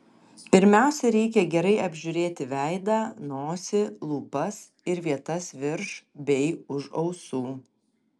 pirmiausia reikia gerai apžiūrėti veidą nosį lūpas ir vietas virš bei už ausų